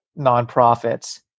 nonprofits